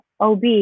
OB